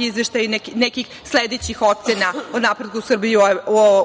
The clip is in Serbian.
izveštaja i nekih sledećih ocena o napretku Srbije